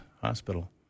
Hospital